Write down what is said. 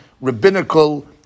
rabbinical